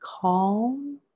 calm